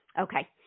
okay